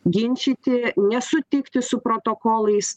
ginčyti nesutikti su protokolais